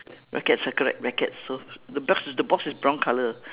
rackets ah correct rackets so the box the box is brown colour